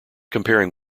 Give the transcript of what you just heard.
comparing